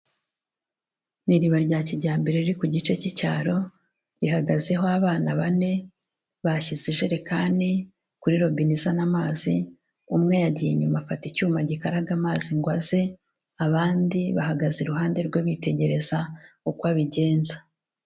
Ni iriba rya kijyambere riri ku gice cy'icyaro, rihagazeho abana bane bashyize ijerekani kuri robine izana amazi, umwe yagiye inyuma afata icyuma gikaraga amazi ngo aze abandi bahagaze iruhande rwe bitegereza uko abigenza.